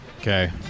Okay